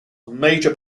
major